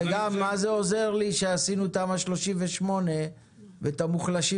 וגם מה זה עוזר לי שעשינו תמ"א 38 ואת המוחלשים